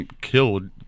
killed –